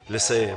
לסיים.